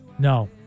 No